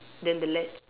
then the ledge